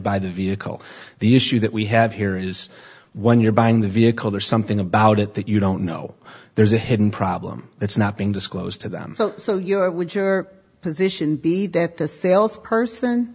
buy the vehicle the issue that we have here is one you're buying the vehicle there's something about it that you don't know there's a hidden problem that's not being disclosed to them so would your position be that the sales person